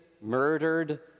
murdered